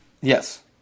Yes